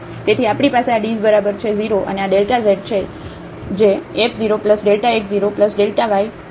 તેથી આપણી પાસે આ ડીઝ બરાબર છે 0 અને આ Δ z જે f 0 Δx0 Δ y આ f 0 0